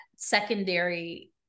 secondary